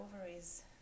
ovaries